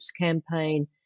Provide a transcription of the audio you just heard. campaign